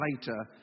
later